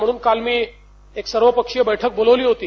म्हणून काल मी एक सर्वपषिय बैठक बोलावली होती